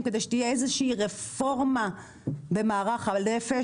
כדי שתהיה איזו שהיא רפורמה במערך הנפש,